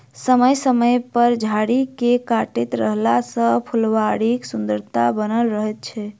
समय समय पर झाड़ी के काटैत रहला सॅ फूलबाड़ीक सुन्दरता बनल रहैत छै